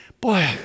boy